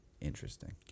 interesting